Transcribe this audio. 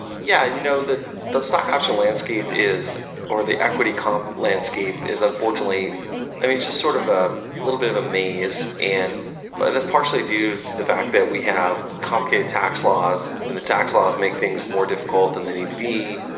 yeah, and you know the the stock option landscape is or the equity comp landscape is unfortunately it's just sort of a little bit of a maze. and but and it's partially due to the face that we have complicated tax laws, and the tax laws make things more difficult than they need to be.